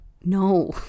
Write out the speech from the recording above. no